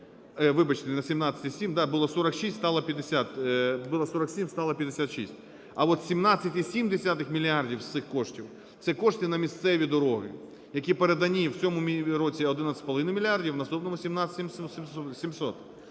було 46, стало… було 47, стало 56. А от 17,7 мільярдів з цих коштів – це кошти на місцеві дороги, які передані в цьому році 11,5 мільярдів, в наступному – 17 700.